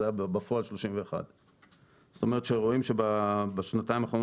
זה היה בפועל 31. זאת אומרת שרואים שבשנתיים האחרונות